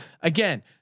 Again